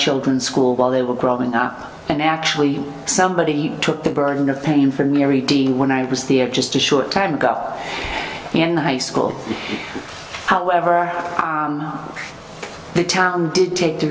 children's school while they were growing up and actually somebody took the burden of paying for nearly dean when i was there just a short time ago in the high school however the town did take the